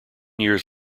years